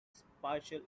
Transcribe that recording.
spatial